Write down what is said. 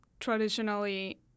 traditionally